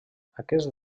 aquest